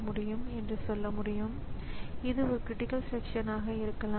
அதேபோல் கணினியில் உள்ள ஒவ்வொரு உபகரணமும் வெவ்வேறு நடத்தைகளைக் கொண்டிருக்கும்